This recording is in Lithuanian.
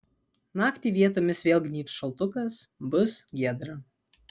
naktį vietomis vėl gnybs šaltukas bus giedra